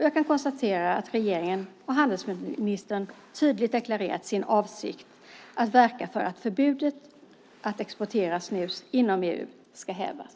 Jag kan konstatera att regeringen och handelsministern tydligt deklarerat sin avsikt att verka för att förbudet att exportera snus inom EU ska hävas.